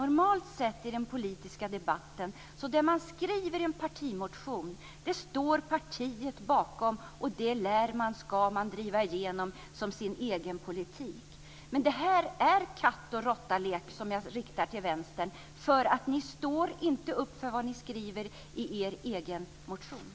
Normalt sett i den politiska debatten står partiet bakom det man skriver i en partimotion. Det lär man och ska man driva igenom som sin egen politik. Men det här är en katt-och-råtta-lek, det vill jag rikta till Vänstern. Ni står inte upp för vad ni skriver i er egen motion.